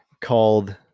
called